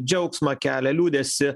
džiaugsmą kelia liūdesį